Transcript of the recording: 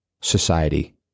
society